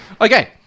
Okay